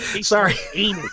Sorry